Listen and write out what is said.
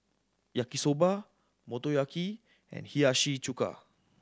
Yaki Soba Motoyaki and Hiyashi Chuka